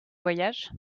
voyage